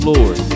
Lord